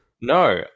No